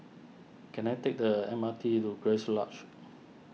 can I take the M R T to Grace Lodge